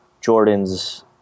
Jordan's